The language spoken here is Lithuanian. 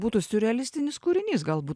būtų siurrealistinis kūrinys galbūt